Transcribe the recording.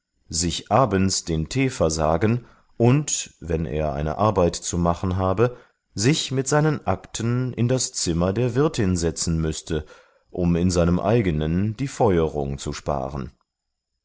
sich abends den tee versagen und wenn er eine arbeit zu machen habe sich mit seinen akten in das zimmer der wirtin setzen müßte um in seinem eigenen die feuerung zu sparen